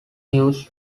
use